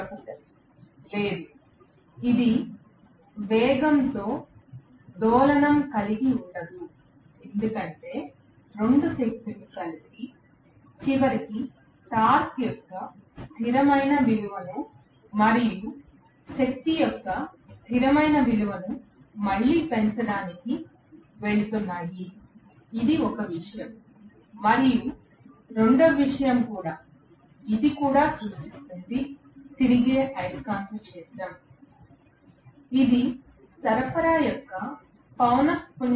professor లేదు ఇది వేగంతో డోలనం కలిగి ఉండదు ఎందుకంటే రెండు శక్తులు కలిసి చివరికి టార్క్ యొక్క స్థిరమైన విలువను మరియు శక్తి యొక్క స్థిరమైన విలువను మళ్ళీ పెంచడానికి వెళుతున్నాయి ఇది ఒక విషయం మరియు రెండవ విషయం కూడా ఇది కూడా సృష్టిస్తుంది తిరిగే అయస్కాంత క్షేత్రం ఇది సరఫరా యొక్క పౌనః పున్యం యొక్క వేగంతో పనిచేస్తుంది